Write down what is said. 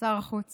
שר החוץ